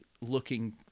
looking